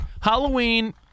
Halloween